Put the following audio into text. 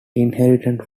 inherent